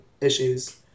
issues